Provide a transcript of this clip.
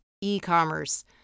e-commerce